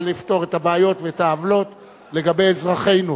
לפתור את הבעיות ואת העוולות לגבי אזרחינו.